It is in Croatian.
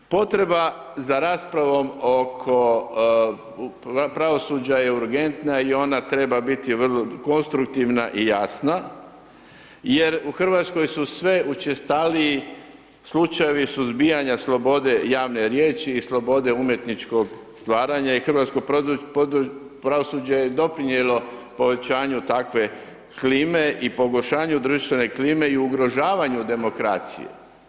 Potreba za raspravom oko pravosuđa je urgentna i ona treba biti konstruktivna i jasna jer u RH su sve učestaliji slučajevi suzbijanja slobode javne riječi i slobode umjetničkog stvaranja i hrvatsko pravosuđe je doprinijelo povećanju takve klime i pogoršanju društvene klime i ugrožavanju demokracije.